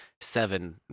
seven